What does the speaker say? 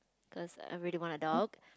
cause I really want a dog